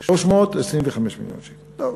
325 מיליון שקל.